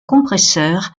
compresseur